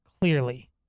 clearly